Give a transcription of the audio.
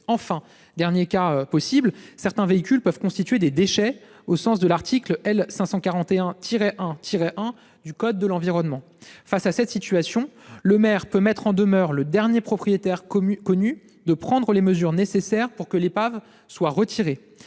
Enfin, certains véhicules peuvent constituer des déchets au sens de l'article L. 541-1-1 du code de l'environnement. Face à cette situation, le maire peut mettre en demeure le dernier propriétaire connu de prendre les mesures nécessaires pour que l'épave soit retirée.